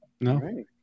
No